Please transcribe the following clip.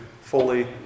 fully